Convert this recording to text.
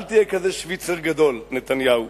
אל תהיה כזה שוויצר גדול, נתניהו.